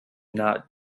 not